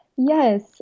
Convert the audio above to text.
Yes